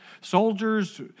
soldiers